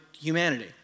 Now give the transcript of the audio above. humanity